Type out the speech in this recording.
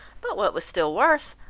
but, what was still worse,